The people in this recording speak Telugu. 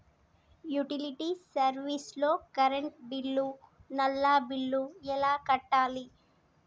యుటిలిటీ సర్వీస్ లో కరెంట్ బిల్లు, నల్లా బిల్లు ఎలా కట్టాలి?